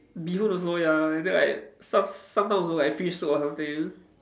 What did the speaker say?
bee hoon also ya then like some~ sometimes also like fish soup or something